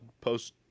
Post